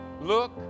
look